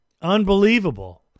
unbelievable